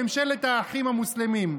ממשלת האחים המוסלמים.